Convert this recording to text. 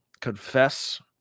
confess